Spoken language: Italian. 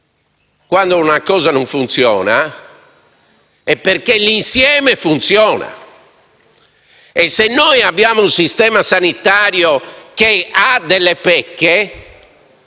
quando una cosa non funziona, è grazie al fatto che l'insieme funziona e se noi abbiamo un sistema sanitario che ha delle pecche